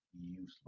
useless